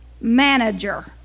manager